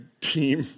team